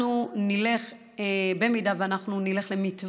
אם אנחנו נלך למתווה